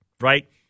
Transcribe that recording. right